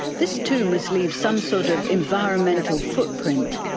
this too must leave some sort of environmental footprint,